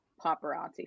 paparazzi